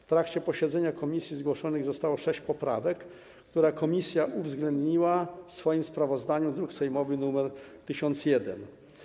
W trakcie posiedzenia komisji zgłoszonych zostało 6 poprawek, które komisja uwzględniła w swoim sprawozdaniu w druku sejmowym nr 1001.